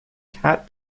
cat